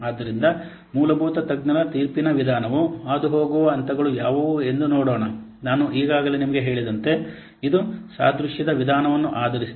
ಆದ್ದರಿಂದ ಮೂಲಭೂತ ತಜ್ಞರ ತೀರ್ಪಿನ ವಿಧಾನವು ಹಾದುಹೋಗುವ ಹಂತಗಳು ಯಾವುವು ಎಂದು ನೋಡೋಣ ನಾನು ಈಗಾಗಲೇ ನಿಮಗೆ ಹೇಳಿದಂತೆ ಇದು ಸಾದೃಶ್ಯದ ವಿಧಾನವನ್ನು ಆಧರಿಸಿದೆ